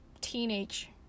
teenage